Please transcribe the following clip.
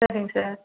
சரிங்க சார்